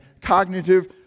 cognitive